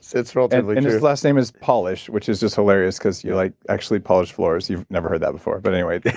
so it's relatively true and his last name is polish, which is just hilarious because you like actually polished floors you've never heard that before. but anyway